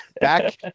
back